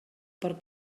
per